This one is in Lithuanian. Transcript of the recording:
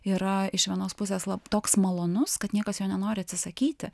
yra iš vienos pusės slapta toks malonus kad niekas jo nenori atsisakyti